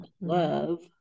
love